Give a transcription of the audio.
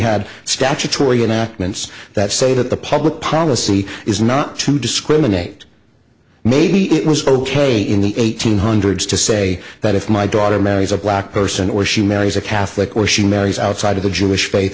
had statutory enactments that say that the public policy is not to discriminate maybe it was ok in the eighteen hundreds to say that if my daughter marries a black person or she marries a catholic or she marries outside of the jewish faith